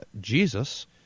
Jesus